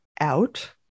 out